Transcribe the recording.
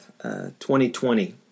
2020